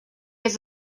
has